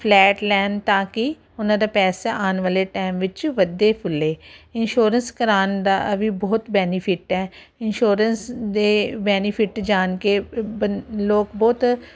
flat ਲੈਣ ਤਾਂ ਕਿ ਉਹਨਾਂ ਦਾ ਪੈਸਾ ਆਉਣ ਵਾਲੇ ਟਾਈਮ ਵਿੱਚ ਵਧੇ ਫੁੱਲੇ ਇੰਸ਼ੋਰੈਂਸ ਕਰਾਣ ਦਾ ਵੀ ਬਹੁਤ ਬੈਨੀਫਿਟ ਇਨਸ਼ੋਰੈਂਸ ਦੇ ਬੈਨੀਫਿਟ ਜਾਣ ਕੇ ਲੋਕ ਬਹੁਤ